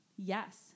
Yes